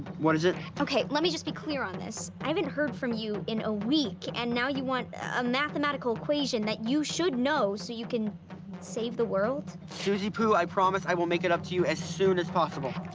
what is it? okay, let me just be clear on this. i haven't heard from you in a week, and now you want a mathematical equation that you should know so you can save the world? suzie-poo, i promise, i will make it up to you as soon as possible.